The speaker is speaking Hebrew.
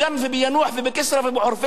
וביאנוח ובכסרא ובחורפיש.